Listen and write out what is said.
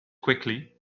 quickly